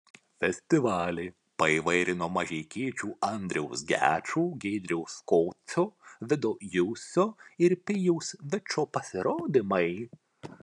festivalį paįvairino mažeikiečių andriaus gečo giedriaus kocio vido jusio ir pijaus vyčo pasirodymai